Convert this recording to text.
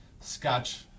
scotch